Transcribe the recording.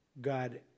God